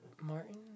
Martin